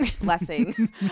blessing